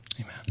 Amen